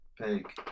big